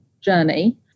journey